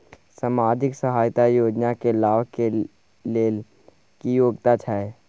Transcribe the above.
सामाजिक सहायता योजना के लाभ के लेल की योग्यता छै?